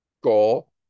goal